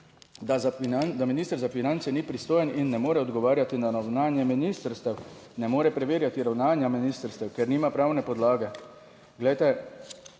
da minister za finance ni pristojen in ne more odgovarjati na ravnanje ministrstev, ne more preverjati ravnanja ministrstev, ker nima pravne podlage. Glejte,